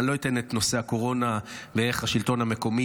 לא אתן את נושא הקורונה ואיך השלטון המקומי